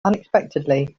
unexpectedly